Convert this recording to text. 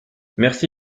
merci